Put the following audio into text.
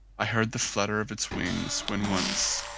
i heard the flutter of its wings when once,